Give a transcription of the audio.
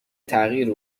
تغییر